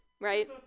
right